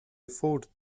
afford